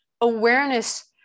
awareness